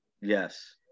yes